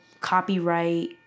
copyright